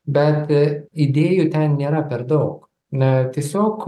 bet idėjų ten nėra per daug na tiesiog